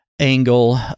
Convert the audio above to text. angle